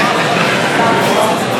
בשבילו.